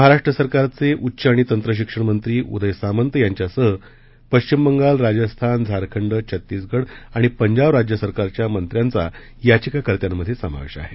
महाराष्ट्र सरकारमधले उच्च आणि तंत्रशिक्षण मंत्री उदय सामंत यांच्यासह पश्चिम बंगाल राजस्थान झारखंड छत्तीसगड आणि पंजाब राज्य सरकारच्या मंत्र्यांचा याधिकाकर्त्यांमध्ये समावेश आहे